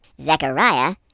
Zechariah